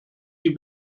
die